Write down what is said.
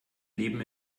leben